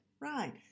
Right